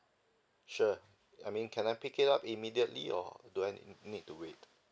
sure I mean can I pick it up immediately or do I n~ need to wait